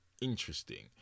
interesting